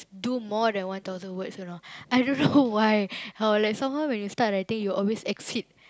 do more than one thousands words you know I don't know why how like somehow when you start writing you always exceed